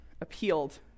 appealed